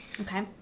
Okay